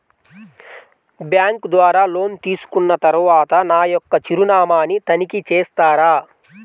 Bank ద్వారా loan తీసుకున్న తరువాత నా యొక్క చిరునామాని తనిఖీ చేస్తారా?